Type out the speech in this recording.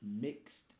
Mixed